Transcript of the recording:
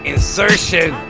Insertion